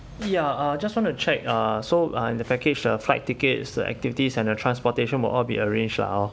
ya uh I just want to check uh so in the package flight tickets the activities and the transportation will all be arranged lah hor